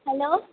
hello